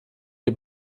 die